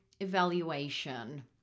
evaluation